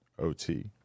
OT